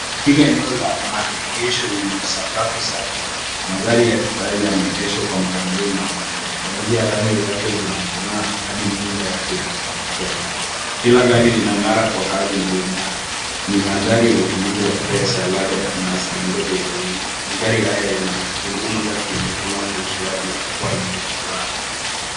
Katika eneo la maegesho yenye usakafu safi, magari ya kifahari yameegeshwa kwa mpangilio unaovutia. Kuanzia rangi zake zinazong'aa hadi miunga yake ya kuvutia macho. Kila gari lina ngara kwa hadhi na imara. Ni mandhari ya utulivu wa pesa, ladha ya nasa, na ndoto ya wengi. Magari haya yanazungumza kimya kimya kuhusu ahadi ya kuwamiliki wao.